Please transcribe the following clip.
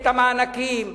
את המענקים,